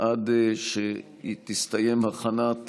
עד שתסתיים הכנת